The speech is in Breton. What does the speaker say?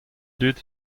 dud